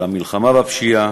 למלחמה בפשיעה,